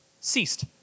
ceased